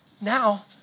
now